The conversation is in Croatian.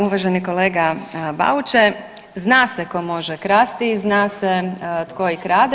Uvaženi kolega Bauče, zna se tko može krasti i zna se tko krade.